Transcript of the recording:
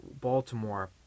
Baltimore